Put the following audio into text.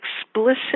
explicit